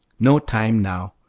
no time now.